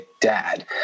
dad